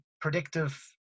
predictive